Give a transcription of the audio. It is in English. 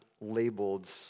labeled